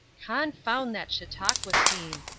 confound that chautauqua scheme!